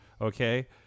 okay